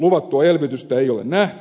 luvattua elvytystä ei ole nähty